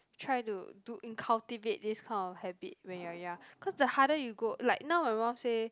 try to to in~ cultivate this kind of habit when you are young cause the harder you go like now my mum say